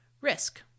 risk